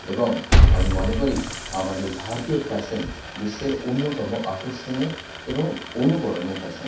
এবং আমি মনে করি আমাদের ভারতীয় ফ্যাশন বিশ্বের অন্যতম আকর্ষণীয় এবং অনুকরণীয় ফ্যাশন